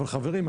חברים,